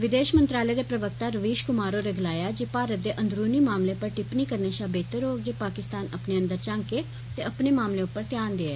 विदेश मंत्रालय दे प्रवक्ता रवीश कुमार होरें गलाया ऐ जे भारत दे अंदरूनी मामलें पर टिप्पणी करने शा बेहतर होग जे पाकिस्तान अपने अंदर झांके ते अपने मामले उप्पर ध्यान देऐ